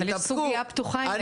אבל יש סוגיה פתוחה עם הנגב והגליל.